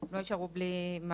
הן לא יישארו בלי מענה.